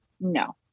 no